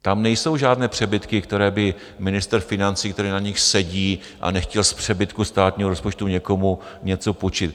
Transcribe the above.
Tam nejsou žádné přebytky, které by ministr financí, který na nich sedí a nechtěl z přebytku státního rozpočtu někomu něco půjčit.